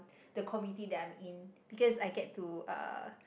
the committee that I'm in because I get to uh